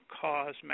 cause